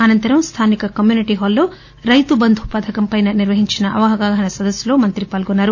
అనంతరం స్థానిక community hall లో రైతు బంధు పథకం పై నిర్వహించిన అవగాహన సదస్నులో మంత్రి పాల్గొన్నారు